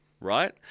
Right